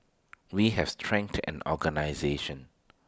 we have strengthened and organisation